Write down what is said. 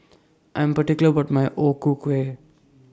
I'm particular about My O Ku Kueh